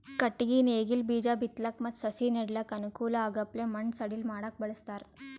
ಕಟ್ಟಗಿ ನೇಗಿಲ್ ಬೀಜಾ ಬಿತ್ತಲಕ್ ಮತ್ತ್ ಸಸಿ ನೆಡಲಕ್ಕ್ ಅನುಕೂಲ್ ಆಗಪ್ಲೆ ಮಣ್ಣ್ ಸಡಿಲ್ ಮಾಡಕ್ಕ್ ಬಳಸ್ತಾರ್